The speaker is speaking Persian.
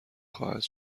خواهد